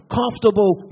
comfortable